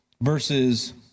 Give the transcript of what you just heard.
verses